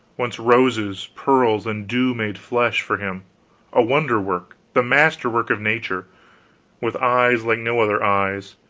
once roses, pearls, and dew made flesh, for him a wonder-work, the master-work of nature with eyes like no other eyes,